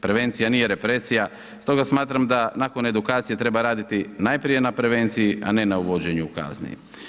Prevencija nije represija, stoga smatram da nakon edukacije treba raditi najprije na prevenciji, a ne na uvođenju kazni.